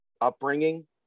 upbringing